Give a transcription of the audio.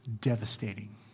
devastating